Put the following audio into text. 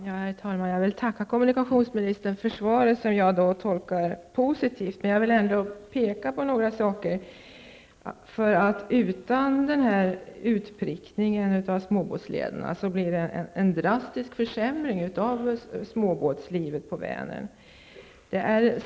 Herr talman! Jag vill tacka kommunikationsministern för svaret, som jag tolkar positivt. Jag vill ändå peka på några saker. Utan utprickning av småbåtslederna blir det en drastisk försämring av småbåtslivet på Vänern.